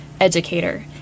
educator